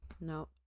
no